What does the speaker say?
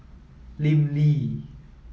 Lim Lee